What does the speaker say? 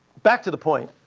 back to the point.